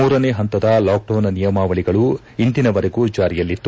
ಮೂರನೇ ಹಂತದ ಲಾಕೆಡೌನ್ ನಿಯಮಾವಳಗಳು ಇಂದಿನವರೆಗೂ ಜಾರಿಯಲ್ಲಿತ್ತು